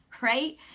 right